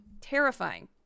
terrifying